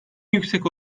yüksek